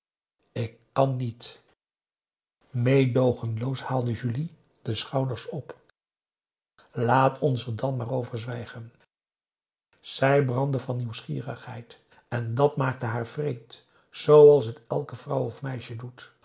ik kan niet meedoogenloos haalde julie de schouders op laat ons er dan maar over zwijgen zij brandde van nieuwsgierigheid en dat maakte haar wreed zooals het elke vrouw of meisje doet